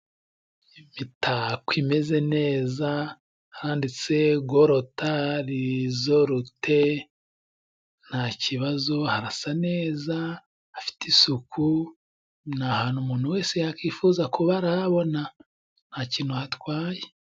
Impetako imeze neza handitse Gorota lizorute, ntakibazo harasa neza hafite isuku, ni ahantu umuntu wese yakwifuza kubarabona nta kintu hatwaye.